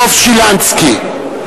דב שילנסקי.